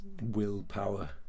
willpower